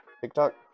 TikTok